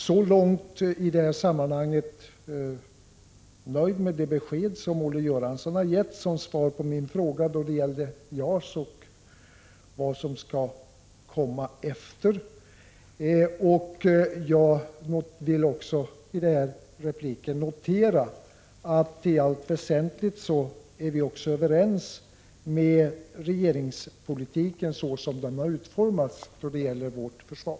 Så långt är jag nöjd med det besked som Olle Göransson har gett som svar på min fråga beträffande JAS och vad som skall komma därefter. Jag vill också än en gång notera att vi i allt väsentligt ställer oss bakom regeringens politik så som den har utformats när det gäller vårt försvar.